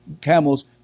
camels